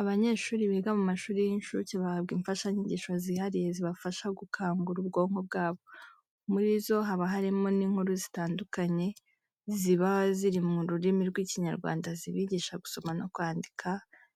Abanyeshuri biga mu mashuri y'incuke bahabwa imfashanyigisho zihariye zibafasha gukangura ubwonko bwabo. Muri zo haba harimo n'inkuru zitandukanye ziba ziri mu rurimi rw'Ikinyarwanda zibigisha gusoma no kwandika